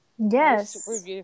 Yes